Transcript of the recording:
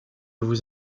vous